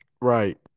Right